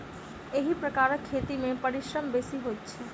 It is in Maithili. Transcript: एहि प्रकारक खेती मे परिश्रम बेसी होइत छै